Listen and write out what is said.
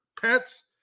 pets